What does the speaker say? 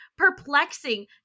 Perplexing